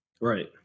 Right